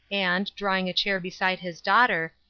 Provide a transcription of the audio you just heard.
and, drawing a chair beside his daughter,